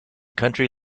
country